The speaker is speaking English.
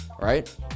Right